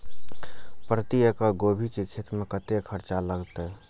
प्रति एकड़ गोभी के खेत में कतेक खर्चा लगते?